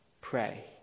pray